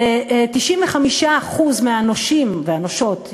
95% מהנושים והנושות,